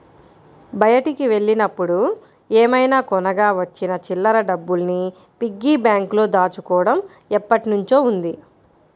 బయటికి వెళ్ళినప్పుడు ఏమైనా కొనగా వచ్చిన చిల్లర డబ్బుల్ని పిగ్గీ బ్యాంకులో దాచుకోడం ఎప్పట్నుంచో ఉంది